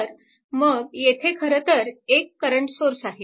तर येथे खरंतर एक करंट सोर्स आहे